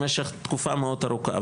במשך תקופה מאוד ארוכה.